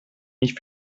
nicht